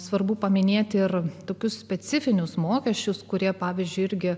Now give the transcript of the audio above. svarbu paminėti ir tokius specifinius mokesčius kurie pavyzdžiui irgi